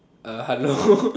uh hello